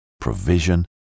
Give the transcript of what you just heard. provision